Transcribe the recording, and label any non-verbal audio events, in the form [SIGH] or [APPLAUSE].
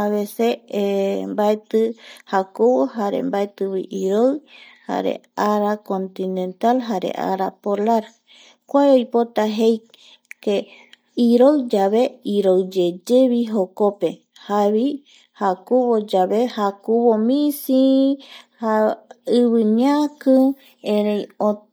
avece [HESITATION] mbaeti jakuvo jare mbaetivi iroi jare ara continental jare ara polar kua oipota jei que iroi yave iroiyeyevi jokope javoi jakuvo yave jakuvo misi [HESITATION] ivi ñaki erei